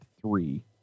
three